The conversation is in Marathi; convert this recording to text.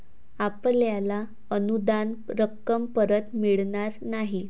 आपल्याला अनुदान रक्कम परत मिळणार नाही